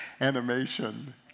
animation